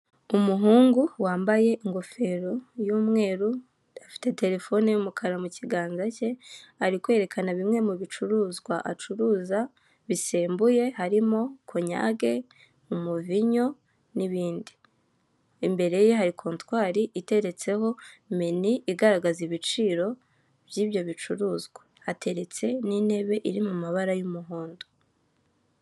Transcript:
Umuhungu wambaye ingofero y'umweru afite telefone y'umukara mu kiganza cye, ari kwerekana bimwe mu bicuruzwa acuruza bisembuye harimo konyage, umuvinyo, n'ibindi. Imbere ye hari kontwari iteretse ho meni igaragaza ibiciro by'ibyo bicuruzwa, hateretse n'intebe iri mu mabara y'umuhondo.